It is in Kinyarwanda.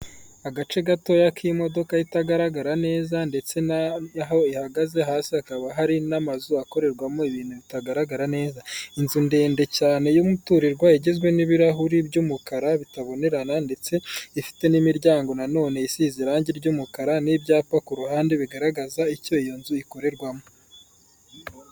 Agace gatoya k'imodoka itagaragara neza ndetse n'aho ihagaze hasi hakaba hari n'amazu akorerwamo ibintu bitagaragara neza, inzu ndende cyane y'umuturirwa igizwe n'ibirahuri by'umukara bitabonerana ndetse ifite n'imiryango na none isize irangi ry'umukara n'ibyapa ku ruhande bigaragaza icyo iyo nzu ikorerwamo.